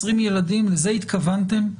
20 ילדים לזה התכוונתם?